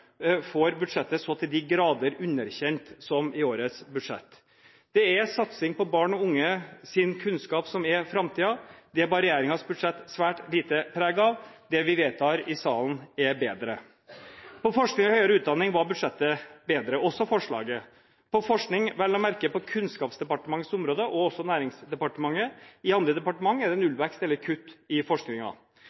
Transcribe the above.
til budsjett for neste år så til de grader underkjent. Det er satsing på barn og unges kunnskap som er framtiden, det bar regjeringens budsjett svært lite preg av. Det vi vedtar i salen, er bedre. På området forskning og høyere utdanning var budsjettet bedre, også forslaget om forskning – vel og merke på Kunnskapsdepartementets område og også Næringsdepartementets område. I andre departementer er det nullvekst eller kutt i